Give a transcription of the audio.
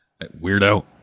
Weirdo